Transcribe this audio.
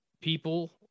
people